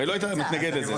הרי לא היית מתנגד לזה,